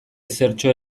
ezertxo